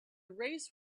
race